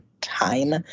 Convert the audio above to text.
time